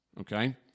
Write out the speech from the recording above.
Okay